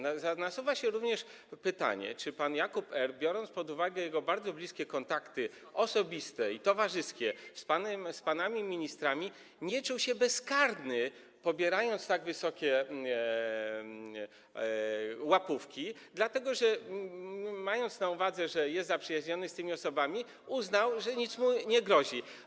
Nasuwa się również pytanie, czy pan Jakub R., biorąc pod uwagę jego bardzo bliskie kontakty osobiste i towarzyskie z panami ministrami, nie czuł się bezkarny, pobierając tak wysokie łapówki, dlatego że mając na uwadze, że jest zaprzyjaźniony z tymi osobami, uznał, że nic mu nie grozi.